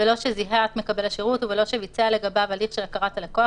בלא שזיהה את מקבל השירות ובלא שביצע לגביו הליך של הכרת הלקוח,